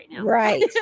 right